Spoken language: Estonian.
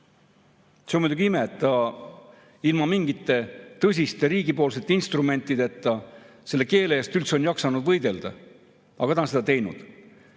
See on muidugi ime, et ta ilma mingite tõsiste riigipoolsete instrumentideta selle keele eest üldse on jaksanud võidelda, aga ta on seda teinud.